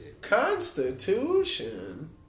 Constitution